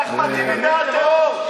אחמד טיבי בעד טרור.